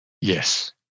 Yes